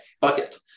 bucket